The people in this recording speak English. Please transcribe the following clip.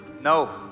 No